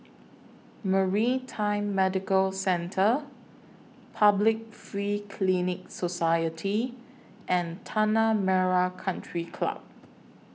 Maritime Medical Centre Public Free Clinic Society and Tanah Merah Country Club